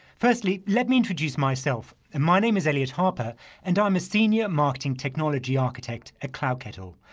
firstly, let me introduce myself. and my name is eliot harper and i'm a senior marketing technology architect at cloudkettle.